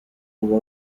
uba